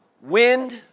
wind